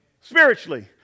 Spiritually